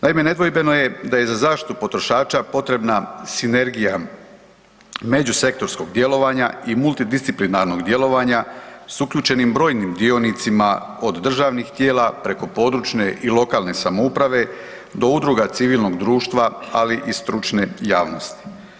Naime, nedvojbeno je da je za zaštitu potrošača potrebna sinergija međusektorskog djelovanja i multidisciplinarnog djelovanja s uključenim brojnim dionicima od državnih tijela preko područne i lokalne samouprave do udruga civilnog društva, ali i stručne javnosti.